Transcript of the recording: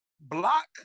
block